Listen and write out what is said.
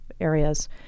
areas